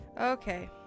Okay